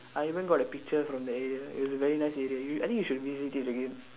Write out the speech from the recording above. I even got a picture from the area it's a very nice area you I think you should visit it again